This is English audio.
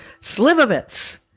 Slivovitz